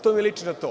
To mi liči na to.